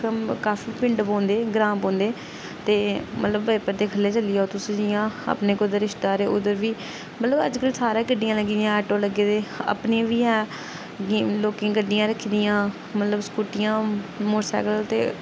काफी पिंड पौंदे ग्रांऽ पौंदे ते मतलब बजपर दे खल्लै चली जाओ तुस जियां अपने कुतै रिश्तेदारे उद्धर बी मतलब अज्जकल सारै गड्डियां लग्गी दियां आटो लग्गे दे अपनी बी ऐ लोकें गड्डियां रक्खी दियां मतलब स्कूटियां मोटरसाइकल ते